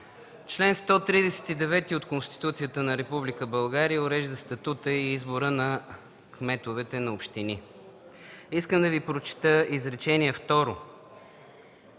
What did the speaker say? Член 139 от Конституцията на Република България урежда статута и избора на кметовете на общини. Искам да Ви прочета изречение първо: